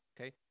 okay